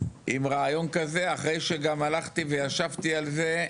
עם רעיון כזה אחרי שגם הלכתי וישבתי על זה,